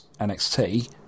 NXT